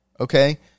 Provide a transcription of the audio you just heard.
okay